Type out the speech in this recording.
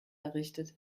errichtet